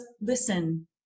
listen